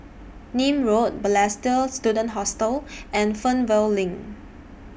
Nim Road Balestier Student Hostel and Fernvale LINK